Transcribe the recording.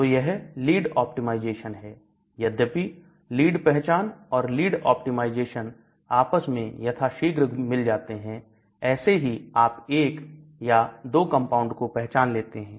तो यह lead optimisation है यद्यपि लीड पहचान और लीड ऑप्टिमाइजेशन आपस में यथाशीघ्र मिल जाते हैं ऐसे ही आप एक या दो कंपाउंड को पहचान लेते हैं